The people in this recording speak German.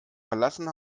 verlassen